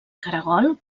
caragol